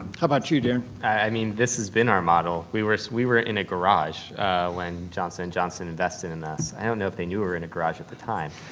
how about you, darren? i mean, this has been our model. we were we were in a garage when johnson and johnson invested in us. i don't know if they knew we were in a garage at the time.